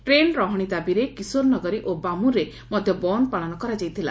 train ରହଣି ଦାବିରେ କିଶୋରନଗରୀ ଓ ବାମ୍ରରେ ମଧ୍ଧ ବନ୍ଦ୍ ପାଳନ କରାଯାଇଥିଲା